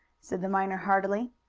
said the miner heartily.